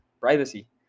privacy